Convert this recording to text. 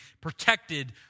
protected